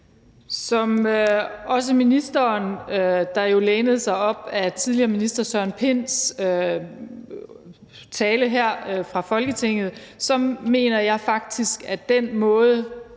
Som også ministeren, der jo lænede sig op ad tidligere minister hr. Søren Pinds tale her fra Folketinget, mener jeg faktisk, at den måde,